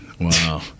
Wow